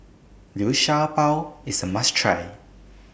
Liu Sha Bao IS A must Try